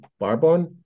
Barbon